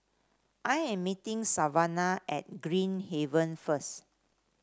I am meeting Savanna at Green Haven first